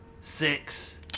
Six